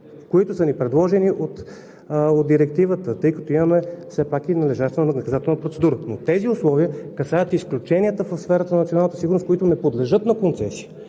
които са ни предложени от директивата, тъй като имаме все пак и належаща наказателна процедура, но тези условия касаят изключенията в сферата на националната сигурност, които не подлежат на концесия